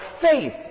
faith